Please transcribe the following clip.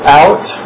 out